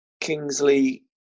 Kingsley